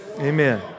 Amen